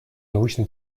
научно